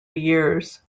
years